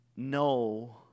No